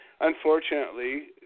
unfortunately